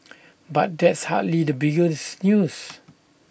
but that's hardly the biggest news